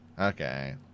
Okay